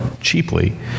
cheaply